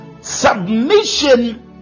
Submission